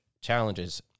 challenges